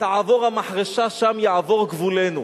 תעבור המחרשה שם יעבור גבולנו.